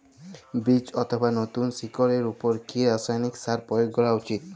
বীজ অথবা নতুন শিকড় এর উপর কি রাসায়ানিক সার প্রয়োগ করা উচিৎ?